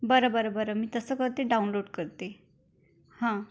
बरं बरं बरं मी तसं करते डाउनलोड करते हां